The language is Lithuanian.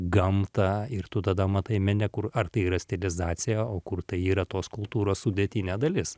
gamtą ir tu tada matai mene kur ar tai yra stilizacija o kur tai yra tos kultūros sudėtinė dalis